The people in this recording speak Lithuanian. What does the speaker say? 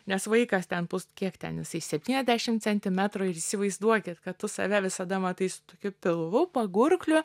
nes vaikas ten pus kiek ten jisai septyniasdešimt centimetrų ir įsivaizduokit kad tu save visada matai su tokiu pilvu pagurkliu